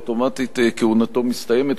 אוטומטית כהונתו מסתיימת,